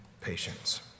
patience